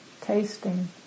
tasting